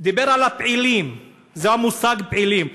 דיבר על "הפעילים", זה המושג, "פעילים".